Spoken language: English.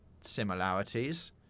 similarities